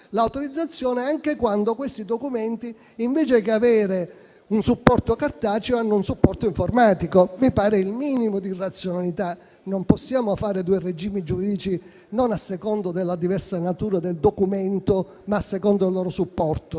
l'autorizzazione anche quando questi documenti, invece che avere un supporto cartaceo, hanno un supporto informatico. Mi pare il minimo di razionalità. Non possiamo fare due regimi giuridici a seconda non della diversa natura del documento, ma del loro supporto.